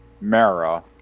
Mara